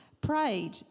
prayed